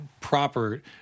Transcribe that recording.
proper